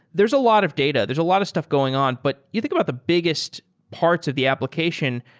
there's a lot of data. there's a lot of stuff going on, but you think about the biggest parts of the application.